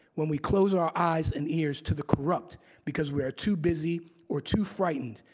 when we close our eyes and ears to the corrupt because we are too busy or too frightened,